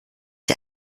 die